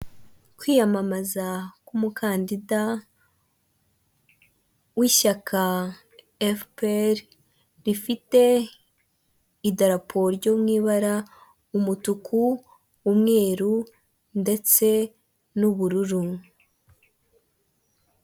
Kwiyamamaza k'umukandida w'ishyaka efuperi rifite idarapo ryo mu ibara umutuku, umweru ndetse n'ubururu.